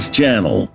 channel